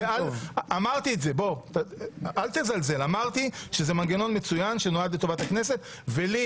אמרתי שזה מנגנון מצוין שנועד לטובת הכנסת ולי